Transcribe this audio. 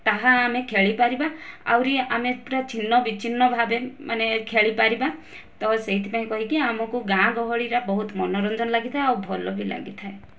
ତାହା ଆମେ ଖେଳିପରିବା ଆହୁରି ଆମେ ଛିନ୍ନବିଛିନ୍ନ ଭାବେ ମାନେ ଖେଳିପରିବା ତ ସେଇଥିପାଇଁ କହି କି ଆମକୁ ଗାଁ ଗହଳି ଟା ବହୁତ ମନୋରଞ୍ଜନ ଲାଗିଥାଏ ଆଉ ଭଲ ବି ଲାଗିଥାଏ